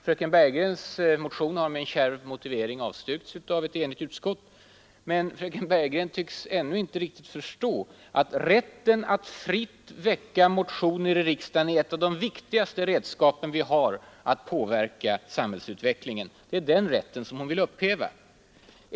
Fröken Bergegrens motion har med en kärv motivering avstyrkts av ett enigt utskott. Men hon tycks ändå inte riktigt förstå att rätten att fritt väcka motioner i riksdagen är ett av de viktigaste redskapen vi har att påverka samhällsutvecklingen. Det är den rätten hon vill upphäva.